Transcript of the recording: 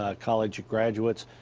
ah college graduates,